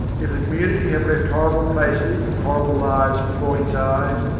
if the community have left horrible places and horrible lives before his eyes,